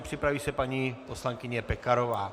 Připraví se paní poslankyně Pekarová.